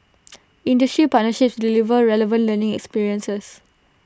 industry partnerships deliver relevant learning experiences